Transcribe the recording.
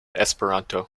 esperanto